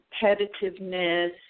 competitiveness